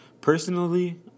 Personally